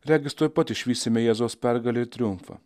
regis tuoj pat išvysime jėzaus pergalę ir triumfą